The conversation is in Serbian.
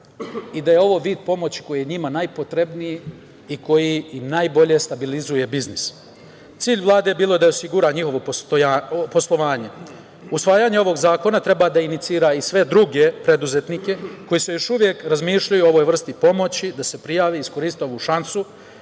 i da je ovo vid pomoći koji je njima najpotrebniji i koji i najbolje stabilizuje biznis. Cilj Vlade je bilo da osigura njihovo poslovanje. Usvajanje ovog zakona treba da inicira sve druge preduzetnike, koji se još uvek razmišljaju o ovoj vrsti pomoći, da se prijave i iskoriste ovu šansu,